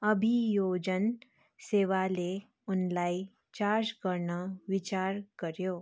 अवियोजन सेवाले उनलाई चार्ज गर्न विचार गऱ्यो